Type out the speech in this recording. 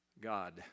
God